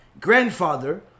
grandfather